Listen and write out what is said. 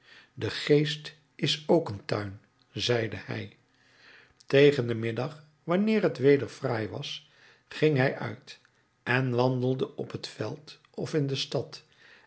de geest is ook een tuin zeide hij tegen den middag wanneer het weder fraai was ging bij uit en wandelde op het veld of in de stad